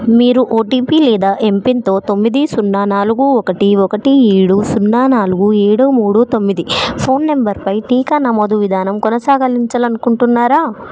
మీరు ఓటీపీ లేదా ఎంపిన్తో తొమ్మిది సున్నా నాలుగు ఒకటి ఒకటి ఏడు సున్నా నాలుగు ఏడు మూడు తొమ్మిది ఫోన్ నంబర్పై టీకా నమోదు విధానం కొనసాగించాలి అనుకుంటున్నారా